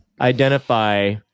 identify